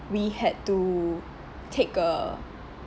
we had to take a